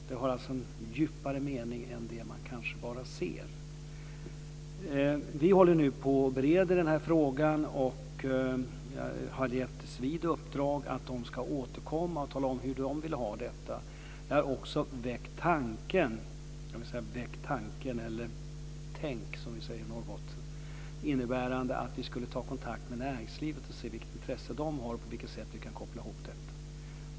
Det har en djupare mening än det man bara ser. Vi bereder nu denna fråga. Jag har gett SVID i uppdrag att återkomma och tala om hur man vill ha det. Jag har också väckt tanken - vi säger "tänk" i Norrbotten - innebärande att vi skulle ta kontakt med näringslivet och se vilket intresse det har och på vilket sätt vi kan koppla ihop detta.